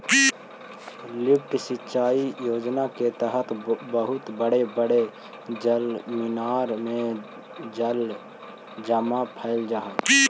lift सिंचाई योजना के तहत बहुत बड़े बड़े जलमीनार में जल जमा कैल जा हई